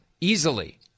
Easily